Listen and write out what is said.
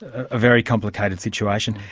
a very complicated situation.